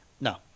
No